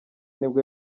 nibwo